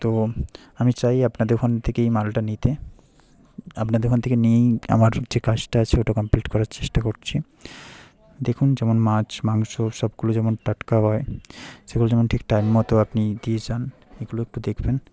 তো আমি চাই আপনাদের ওখান থেকেই মালটা নিতে আপনাদের ওখান থেকে নিয়েই আমার যে কাজটা আছে ওটা কমপ্লিট করার চেষ্টা করছি দেখুন যেমন মাছ মাংস সবগুলো যেমন টাটকা হয় সেগুলো যেমন ঠিক টাইম মতো আপনি দিয়ে যান এগুলো একটু দেখবেন